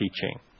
teaching